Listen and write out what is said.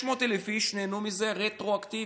600,000 איש נהנו מזה רטרואקטיבית.